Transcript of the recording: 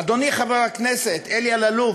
אדוני, חבר הכנסת אלי אלאלוף,